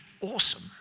awesome